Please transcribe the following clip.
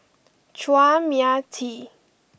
Chua Mia Tee